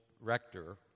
rector